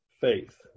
faith